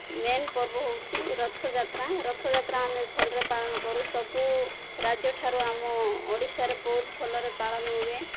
main ପର୍ବ ହେଉଛି ରଥଯାତ୍ରା ରଥଯାତ୍ରା ଆମେ ଭଲରେ ପାଳନ କରୁ ସବୁ ରାଜ୍ୟଠାରୁ ଆମ ଓଡ଼ିଶାରେ ବହୁତ ଭଲରେ ପାଳନ ହୁଏ